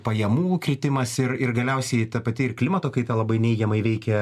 pajamų kritimas ir ir galiausiai ta pati ir klimato kaita labai neigiamai veikia